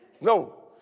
No